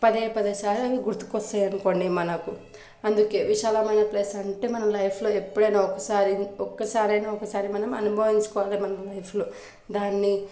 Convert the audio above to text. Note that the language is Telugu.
పదేపదే సార్లు గుర్తుకొస్తాయి అనుకోండి మనకి అందుకే విశాలమైన ప్లేస్ అంటే మన లైఫ్లో ఎప్పుడైనా ఒకసారి ఒక్కసారైనా ఒకసారి మనం అనుభవించుకోవాల మనం లైఫ్లో దాన్ని